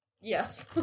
yes